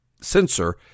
sensor